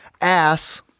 ass